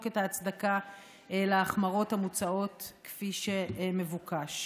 את ההצדקה להחמרות המוצעות כפי שמבוקש.